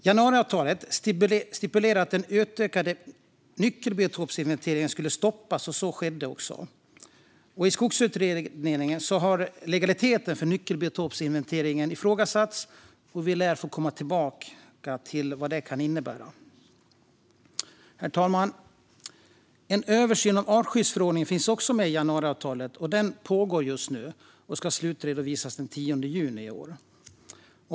Januariavtalet stipulerade att den utökade nyckelbiotopsinventeringen skulle stoppas, och så skedde också. I Skogsutredningen har legaliteten för nyckelbiotopsinventeringen ifrågasatts, och vi lär få komma tillbaka till vad det kan innebära. Herr talman! En översyn av artskyddsförordningen finns också med i januariavtalet. Den pågår just nu och ska slutredovisas den 10 juni i år.